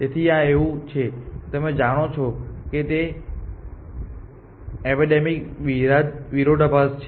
તેથી આ એવું છે કે તમે જાણો છો કે તે એપિડેમિક વિરોધાભાસ છે